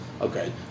okay